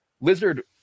Lizard